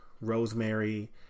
Rosemary